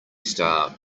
star